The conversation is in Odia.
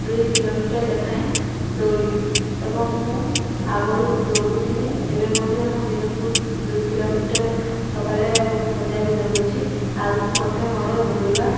ଦୁଇ କିଲୋମିଟର ଲେଖାଏଁ ଦୌଡ଼ିବି ଏବଂ ମୁଁ ଆଗରୁ ଦୌଡ଼ୁଥିଲି ଏବେ ମଧ୍ୟ ମୁଁ ଦିନକୁ ଦୁଇ କିଲୋମିଟର ସକାଳେ ଏବଂ ସନ୍ଧ୍ୟାରେ ଦୌଡ଼ୁଛି ଆଗକୁ ମଧ୍ୟ ମୋର ଦୌଡ଼ିବା